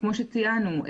כמו שציינו,